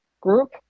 group